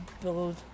build